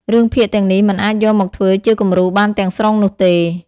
រឿងភាគទាំងនេះមិនអាចយកមកធ្វើជាគំរូបានទាំងស្រុងនោះទេ។